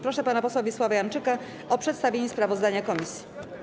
Proszę pana posła Wiesława Janczyka o przedstawienie sprawozdania komisji.